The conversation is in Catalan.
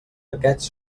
aquests